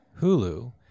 Hulu